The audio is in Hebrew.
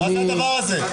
מה זה הדבר הזה?